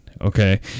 Okay